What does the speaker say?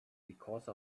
because